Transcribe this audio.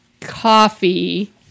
Coffee